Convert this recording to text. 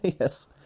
Yes